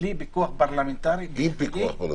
בלי פיקוח פרלמנטרי --- עם פיקוח פרלמנטרי.